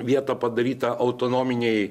vieta padaryta autonominėj